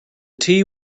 tea